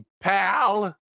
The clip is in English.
pal